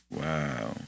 Wow